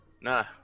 nah